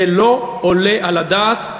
זה לא עולה על הדעת,